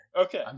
okay